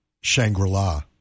Shangri-La